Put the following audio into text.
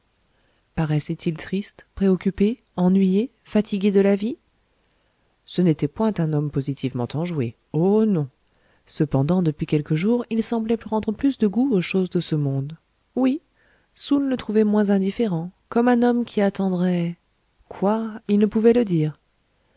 paraissait il triste préoccupé ennuyé fatigué de la vie ce n'était point un homme positivement enjoué oh non cependant depuis quelques jours il semblait prendre plus de goût aux choses de ce monde oui soun le trouvait moins indifférent comme un homme qui attendrait quoi il ne pouvait le dire